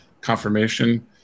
confirmation